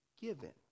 given